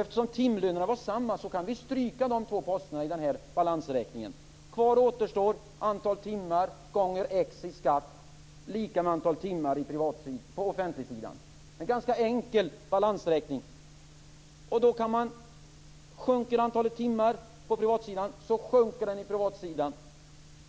Eftersom timlönerna var samma kan vi stryka de två posterna i den här balansräkningen. Kvar återstår antalet antal timmar gånger x i skatt lika med antal timmar på offentligsidan. Det är en ganska enkel balansräkning. Sjunker antalet timmar på privatsidan sjunker antalet timmar